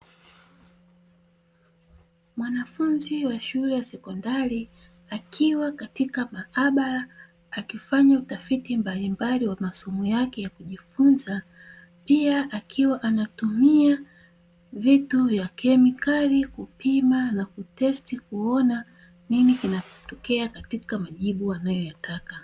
Mwanafunzi wa shule ya sekondari akiwa katika maabara akifanya utafiti mbalimbali wa masomo yake ya kujifunza, pia akiwa anatumia vitu vya kemikeli kupima na kutesti kuona nini kinatokea katika majibu anayoyataka.